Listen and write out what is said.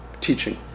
teaching